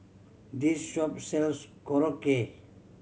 this shop sells Korokke